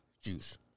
Juice